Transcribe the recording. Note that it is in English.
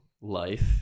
life